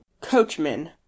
Coachman